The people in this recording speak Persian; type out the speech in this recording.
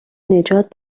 نجات